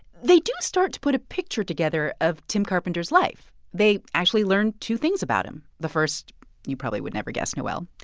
they do start to put a picture together of tim carpenter's life. they actually learn two things about him. the first you probably would never guess, noel.